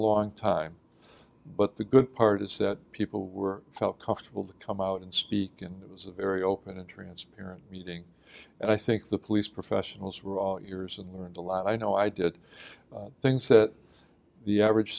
long time but the good part is that people were felt comfortable to come out and speak and it was a very open and transparent meeting and i think the police professionals were yours and learned a lot i know i did things that the average